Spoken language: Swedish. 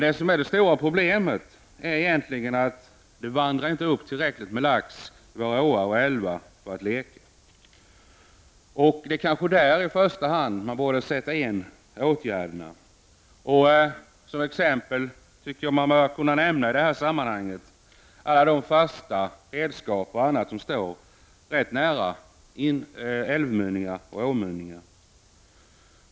Det stora problemet är egentligen att det inte vandrar upp tillräckligt mycket lax för att leka i våra åar och älvar. Det är kanske där man i första hand borde sätta in åtgärder. Som exempel tycker jag att man i det här sammanhanget bör kunna nämna alla de fasta redskap som står ganska nära älvoch åmynningar.